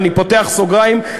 ואני פותח סוגריים,